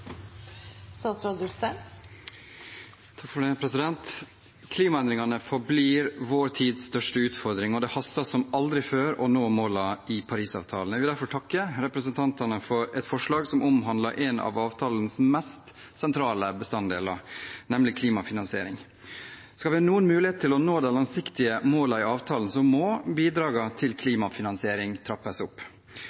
Klimaendringene forblir vår tids største utfordring, og det haster som aldri før å nå målene i Parisavtalen. Jeg vil derfor takke representantene for et forslag som omhandler en av avtalens mest sentrale bestanddeler, nemlig klimafinansiering. Skal vi ha noen mulighet til å nå de langsiktige målene i avtalen, må bidragene til klimafinansiering trappes opp. Som representantene påpeker, hadde de såkalte industrilandene forpliktet seg kollektivt til